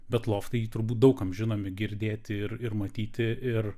bet loftai turbūt daug kam žinomi girdėti ir ir matyti ir